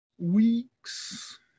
Weeks